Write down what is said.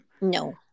No